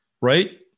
Right